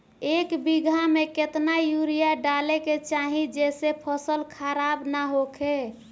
एक बीघा में केतना यूरिया डाले के चाहि जेसे फसल खराब ना होख?